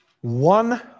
one